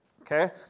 Okay